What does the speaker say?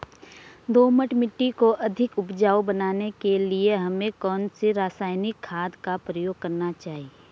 दोमट मिट्टी को अधिक उपजाऊ बनाने के लिए हमें कौन सी रासायनिक खाद का प्रयोग करना चाहिए?